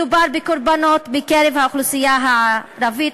מדובר בקורבנות מקרב האוכלוסייה הערבית